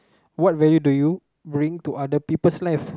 what value do you bring to other people's life